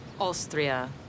Austria